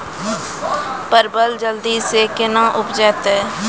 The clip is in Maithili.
परवल जल्दी से के ना उपजाते?